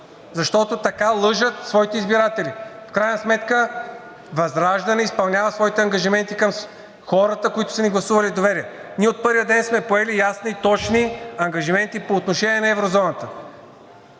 защото така лъжат своите избиратели. ВЪЗРАЖДАНЕ изпълнява своите ангажименти към хората, които са ни гласували доверие. Ние от първия ден сме поели ясни и точни ангажименти по отношение на еврозоната.